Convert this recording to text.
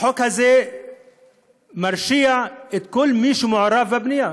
החוק הזה מרשיע את כל מי שמעורב בבנייה.